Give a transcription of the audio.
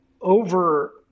over